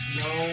no